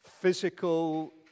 physical